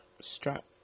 strap